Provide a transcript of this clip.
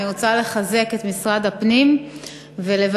אני רוצה לחזק את משרד הפנים ולבקש